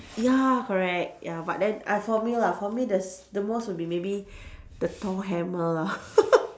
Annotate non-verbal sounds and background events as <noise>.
ya correct ya but then uh for me lah for me the s~ the most would be maybe <breath> the thor hammer lah <laughs>